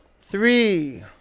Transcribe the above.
Three